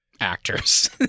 actors